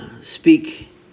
Speak